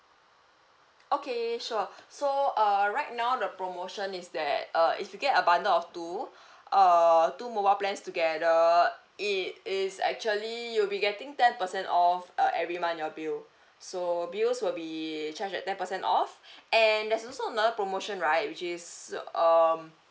okay sure so err right now the promotion is that uh if you get a bundle of two err two mobile plans together it is actually you'll be getting ten percent off uh every month in your bill so bills will be charged at ten percent off and there's also another promotion right which is um